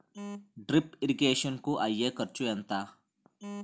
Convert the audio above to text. Drip irrigation కూ అయ్యే ఖర్చు ఎంత?